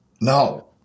No